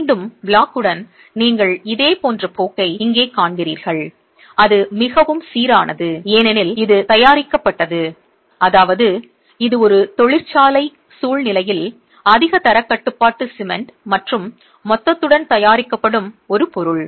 மீண்டும் பிளாக்குடன் நீங்கள் இதேபோன்ற போக்கை இங்கே காண்கிறீர்கள் அது மிகவும் சீரானது ஏனெனில் இது தயாரிக்கப்பட்டது அதாவது இது ஒரு தொழிற்சாலை சூழ்நிலையில் அதிக தரக் கட்டுப்பாட்டு சிமென்ட் மற்றும் மொத்தத்துடன் தயாரிக்கப்படும் ஒரு பொருள்